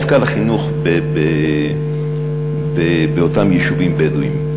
דווקא על החינוך באותם יישובים בדואיים.